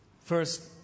First